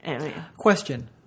Question